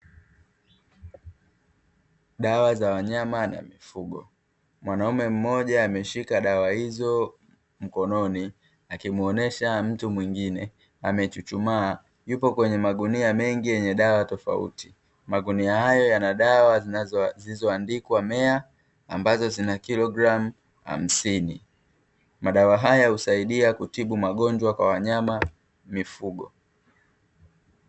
Dawa za wanyama na mifugo, mwanaume mmoja ameshika dawa hizo mkononi akimuonyesha mtu mwingine; amechuchumaa akiwa kwenye magunia mengi yenye dawa tofauti. Magunia hayo yana dawa zilizoandikwa "meya," ambazo zina kilogramu hamsini. Madawa haya husaidia kutibu magonjwa ya wanyama na mifugo.